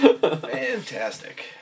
Fantastic